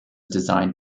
designed